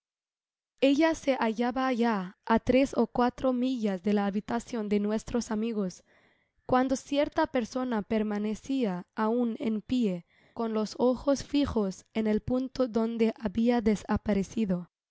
ella se hallaba ya á tres ó cuatro millas de la habitacion de nuestros amigos cuando cierta persona permanecia aun en pié con los ojos fijos en el punto donde habia desaparecido